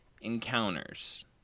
encounters